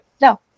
no